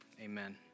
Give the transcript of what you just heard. Amen